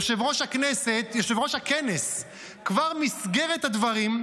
יושב-ראש הכנס כבר מסגר את הדברים,